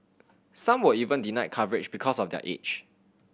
some were even denied coverage because of their age